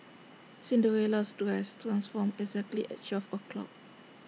Cinderella's dress transformed exactly at twelve o'clock